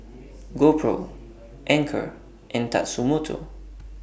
GoPro Anchor and Tatsumoto